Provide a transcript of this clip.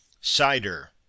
Cider